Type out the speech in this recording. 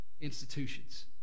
institutions